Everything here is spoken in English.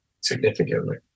Significantly